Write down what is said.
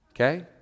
Okay